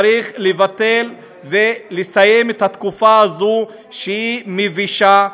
צריך לבטל ולסיים את התקופה הזו, שהיא מבישה.